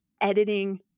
editing